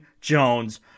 Jones